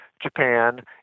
Japan